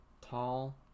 Tall